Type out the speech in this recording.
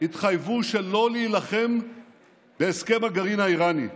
התחייבו שלא להילחם בהסכם הגרעין האיראני.